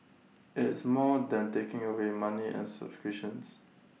it's more than taking away money and subscriptions